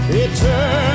eternal